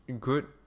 good